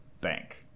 Bank